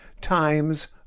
Times